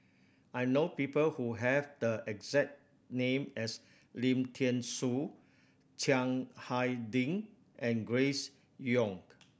I know people who have the exact name as Lim Thean Soo Chiang Hai Ding and Grace Young